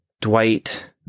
Dwight